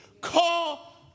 Call